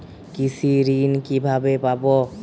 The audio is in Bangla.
কৃষি ঋন কিভাবে পাব?